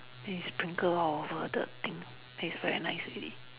then sprinkle all over the thing taste very nice already